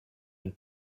and